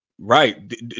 Right